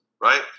Right